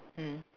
mmhmm